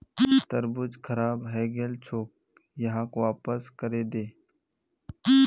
तरबूज खराब हइ गेल छोक, यहाक वापस करे दे